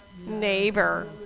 neighbor